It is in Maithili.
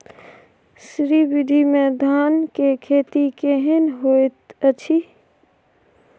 श्री विधी में धान के खेती केहन होयत अछि?